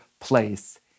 place